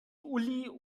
uli